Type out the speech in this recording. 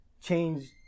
change